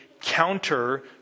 counter